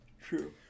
True